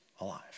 alive